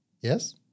Yes